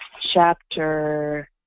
Chapter